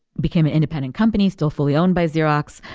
became an independent company, still fully owned by xerox,